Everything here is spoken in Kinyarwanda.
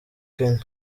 kenya